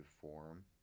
form